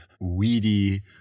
weedy